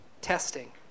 testing